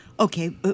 Okay